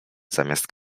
zamiast